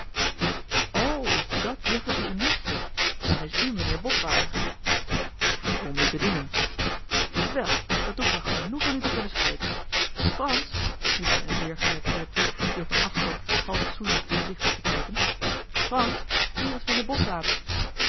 is dàt juffertje uw nichtje dan is u mijnheer botwater om u te dienen wel dat doet me genoegen u te kunnen spreken frans riep zij een zeer gezet heer toe die op een afstand half soezend om zich zat te kijken frans hier is mijnheer botwater